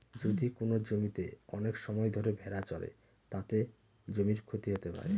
যদি কোনো জমিতে অনেক সময় ধরে ভেড়া চড়ে, তাতে জমির ক্ষতি হতে পারে